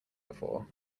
before